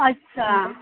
अच्छा